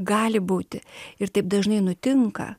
gali būti ir taip dažnai nutinka